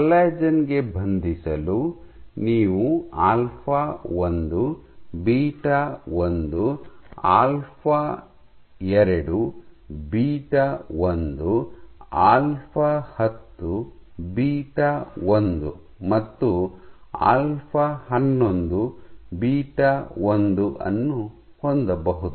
collagen ಗೆ ಬಂಧಿಸಲು ನೀವು alpha 1 beta 1 alpha beta 1 alpha 10 beta 1 ಮತ್ತು ಆಲ್ಫಾ 11 ಬೀಟಾ 1 ಅನ್ನು ಹೊಂದಬಹುದು